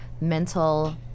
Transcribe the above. mental